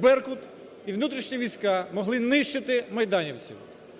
"Беркут" і внутрішні війська могли нищити майданівців.